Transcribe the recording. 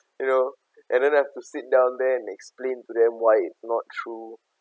you know and then I have to sit down there and explain to them why it's not true